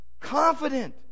Confident